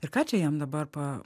ir ką čia jam dabar pa